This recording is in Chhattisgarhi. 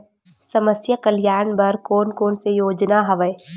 समस्या कल्याण बर कोन कोन से योजना हवय?